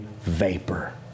vapor